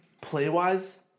play-wise